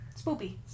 Spoopy